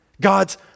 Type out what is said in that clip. God's